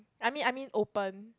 I mean I mean open